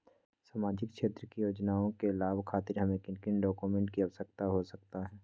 सामाजिक क्षेत्र की योजनाओं के लाभ खातिर हमें किन किन डॉक्यूमेंट की आवश्यकता हो सकता है?